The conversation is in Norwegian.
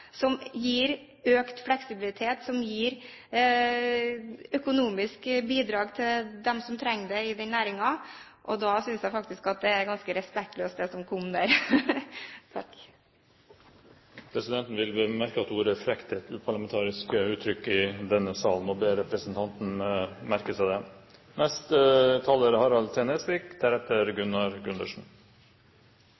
som gir økt fleksibilitet og som gir økonomiske bidrag til dem som trenger det i den næringen. Da synes jeg faktisk det er ganske respektløst det som kom. Presidenten vil bemerke at ordet «frekt» er et uparlamentarisk uttrykk, og ber representanten Botten merke seg det.